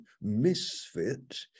misfit